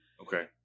Okay